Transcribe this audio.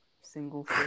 single